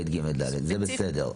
זה בסדר.